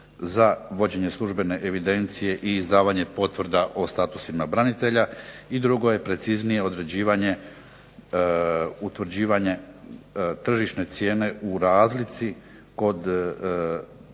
za vođenje službene evidencije i izdavanje potvrda o statusima branitelja. I drugo je preciznije određivanje, utvrđivanje tržišne cijene u razlici kod površine